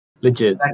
Legit